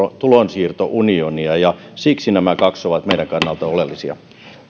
tulonsiirtounionia ja siksi nämä kaksi ovat meidän kannaltamme oleellisia